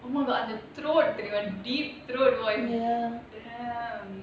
oh my god and the throat அந்த:antha deep throat voice damn